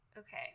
Okay